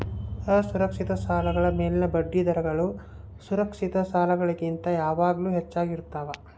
ಅಸುರಕ್ಷಿತ ಸಾಲಗಳ ಮೇಲಿನ ಬಡ್ಡಿದರಗಳು ಸುರಕ್ಷಿತ ಸಾಲಗಳಿಗಿಂತ ಯಾವಾಗಲೂ ಹೆಚ್ಚಾಗಿರ್ತವ